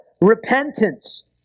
repentance